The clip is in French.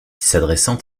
s’adressant